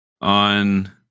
on